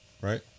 right